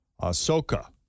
Ahsoka